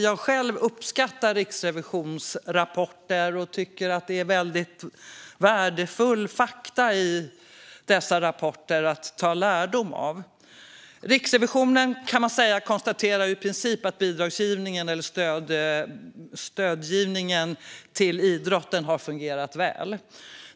Jag själv uppskattar Riksrevisionens rapporter och tycker att det finns värdefulla fakta i dem att ta lärdom av. Riksrevisionen konstaterar i princip att bidragsgivningen och stödgivningen till idrotten har fungerat väl.